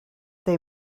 they